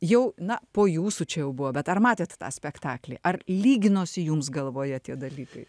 jau na po jūsų čia jau buvo bet ar matėt tą spektaklį ar lyginosi jums galvoje tie dalykai